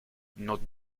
not